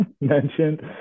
mentioned